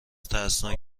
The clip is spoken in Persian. ترسناک